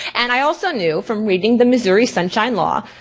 and i also knew, from reading the missouri sunshine law,